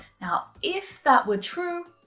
now if that were true,